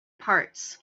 parts